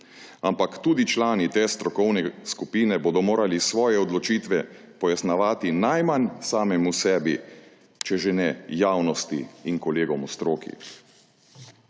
Ampak tudi člani te strokovne skupine bodo morali svoje odločitve pojasnjevati najmanj sami sebi, če že ne javnosti in kolegom v stroki.